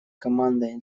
командой